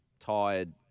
tired